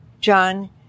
John